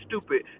stupid